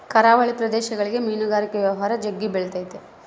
ಕರಾವಳಿ ಪ್ರದೇಶಗುಳಗ ಮೀನುಗಾರಿಕೆ ವ್ಯವಹಾರ ಜಗ್ಗಿ ಬೆಳಿತತೆ